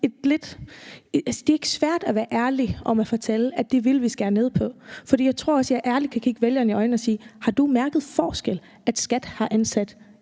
Det er ikke svært at være ærlig om at fortælle, at det vil man skære ned på. Jeg tror også, at jeg ærligt kan kigge vælgerne i øjnene og sige: Har du mærket en forskel, når skattevæsenet